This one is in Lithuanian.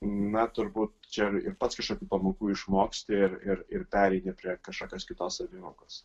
na turbūt čia ir pats kažkokių pamokų išmoksti ir ir ir pereini prie kažkokios kitos savivokos